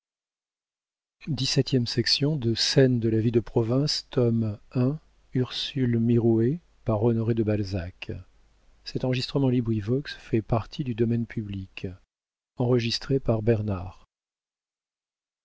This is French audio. de scène de la vie de province tome i author honoré de balzac